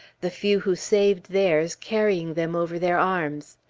the few who saved theirs carrying them over their arms.